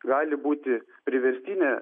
gali būti priverstinė